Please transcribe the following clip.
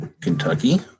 Kentucky